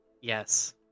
Yes